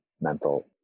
mental